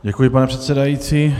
Děkuji, pane předsedající.